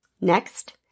Next